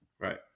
right